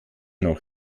noch